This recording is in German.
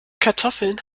kartoffeln